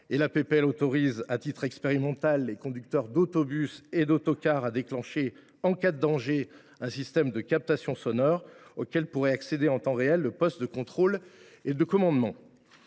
de loi autorise, à titre expérimental également, les conducteurs d’autobus et d’autocars à déclencher, en cas de danger, un système de captation sonore auquel pourrait accéder en temps réel le poste de contrôle et de commandement.